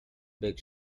big